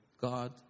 God